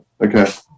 Okay